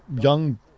young